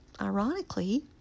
ironically